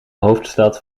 hoofdstad